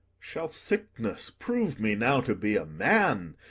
shall sickness prove me now to be a man,